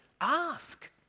ask